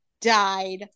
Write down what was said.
died